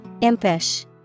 Impish